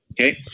Okay